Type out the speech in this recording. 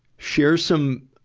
share some,